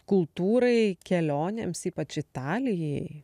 kultūrai kelionėms ypač italijai